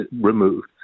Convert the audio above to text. removed